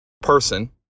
person